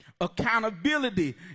Accountability